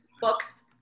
Books